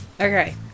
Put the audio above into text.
Okay